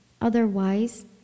Otherwise